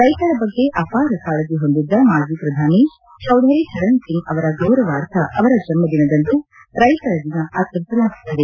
ರೈತರ ಬಗ್ಗೆ ಅಪಾರ ಕಾಳಜಿ ಹೊಂದಿದ್ದ ಮಾಜಿ ಪ್ರಧಾನಿ ಚೌಧರಿ ಚರಣಸಿಂಗ್ ಅವರ ಗೌರವಾರ್ಥ ಅವರ ಜನ್ನ ದಿನದಂದು ರೈತರ ದಿನಚರಣೆ ಆಚರಿಸಲಾಗುತ್ತದೆ